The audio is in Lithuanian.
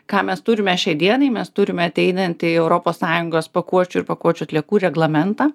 ką mes turime šiai dienai mes turime ateinantį europos sąjungos pakuočių ir pakuočių atliekų reglamentą